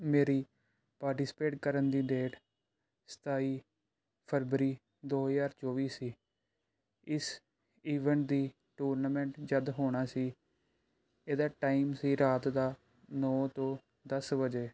ਮੇਰੀ ਪਾਟੀਸਪੇਟ ਕਰਨ ਦੀ ਡੇਟ ਸਤਾਈ ਫਰਵਰੀ ਦੋ ਹਜ਼ਾਰ ਚੌਵੀ ਸੀ ਇਸ ਈਵੈਂਟ ਦੀ ਟੂਰਨਾਮੈਂਟ ਜਦ ਹੋਣਾ ਸੀ ਇਹਦਾ ਟਾਈਮ ਸੀ ਰਾਤ ਦਾ ਨੌ ਤੋਂ ਦਸ ਵਜੇ